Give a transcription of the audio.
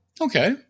Okay